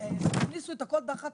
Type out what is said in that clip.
תכניסו את הכול תחת